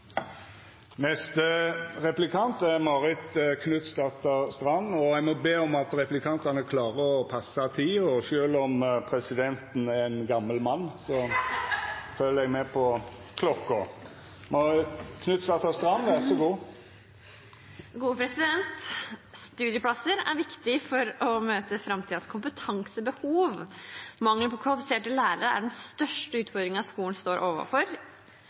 Neste replikant er Marit Knutsdatter Strand. Eg må be om at replikantane klarer å passa tida. Sjølv om presidenten er ein gammal mann, følgjer han med på klokka. Studieplasser er viktig for å møte framtidens kompetansebehov. Mangel på kvalifiserte lærere er den største utfordringen skolen står overfor,